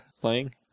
playing